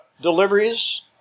Deliveries